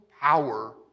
power